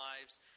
lives